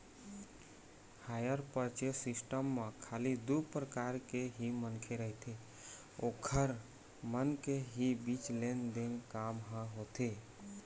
hire purchase system म खाली दू परकार के ही मनखे रहिथे ओखर मन के ही बीच लेन देन के काम ह होथे